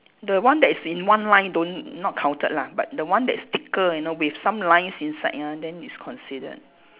the one that's in one line don't not counted lah but the one that's thicker you know with some lines inside ah then it's considered